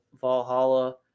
Valhalla